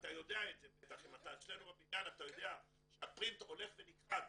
ואם אתה אצלנו בבניין אתה יודע שהפרינט הולך ונכחד